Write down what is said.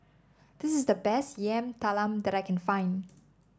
this is the best Yam Talam that I can find